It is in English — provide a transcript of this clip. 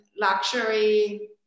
luxury